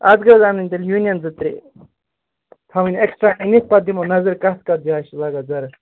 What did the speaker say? اَتھ گٔے حظ اَنٕنۍ تیٚلہِ یوٗنیَن زٕ ترےٚ تھاوٕنۍ ایکٕسٹرا أنِتھ پَتہٕ دِمو نظر کَتھ کَتھ جاے چھِ لگان ضروٗرت